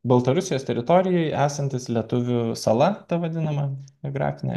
baltarusijos teritorijoje esantis lietuvių sala ta vadinama geografinė